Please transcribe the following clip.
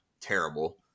terrible